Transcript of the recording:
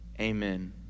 Amen